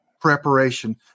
preparation